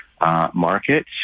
market